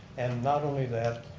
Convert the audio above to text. and not only that,